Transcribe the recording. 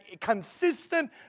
consistent